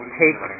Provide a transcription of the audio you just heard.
take